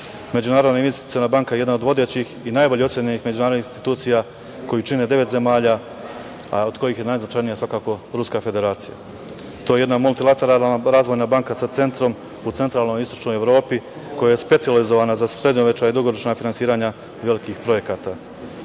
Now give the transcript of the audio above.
građana.Međunarodna investiciona banka je jedan od vodećih i najbolje ocenjenih međunarodnih institucija koju čine devet zemalja, od kojih je najznačajnija Ruska federacija. To je jedna multilateralna razvojna banka sa centrom u centralnoj istočnoj Evropi, koja je specijalizovana za srednjoročna i dugoročna finansiranja velikih projekata.